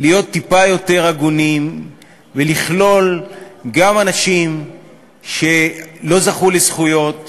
להיות טיפה יותר הגונים ולכלול גם אנשים שלא זכו לזכויות